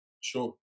Sure